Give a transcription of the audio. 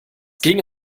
ging